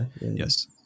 Yes